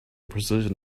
precision